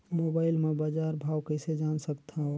Mobile म बजार भाव कइसे जान सकथव?